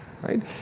right